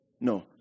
No